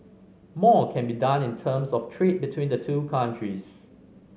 more can be done in terms of trade between the two countries